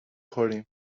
خوریم